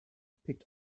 picked